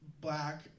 black